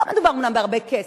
לא מדובר אומנם בהרבה כסף,